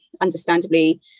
understandably